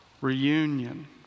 reunion